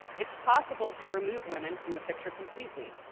it's possible to remove women from the picture completely.